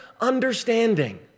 understanding